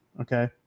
Okay